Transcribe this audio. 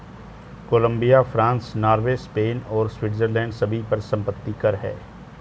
Colombia, France, Norway, Spain और Switzerland सभी पर संपत्ति कर हैं